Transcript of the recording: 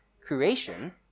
creation